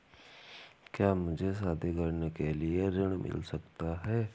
क्या मुझे शादी करने के लिए ऋण मिल सकता है?